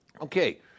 Okay